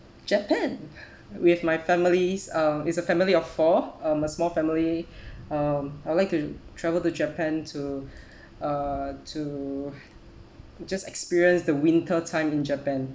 japan with my families um it's a family of four um a small family um I would like to travel to japan to uh to just experience the winter time in japan